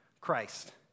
Christ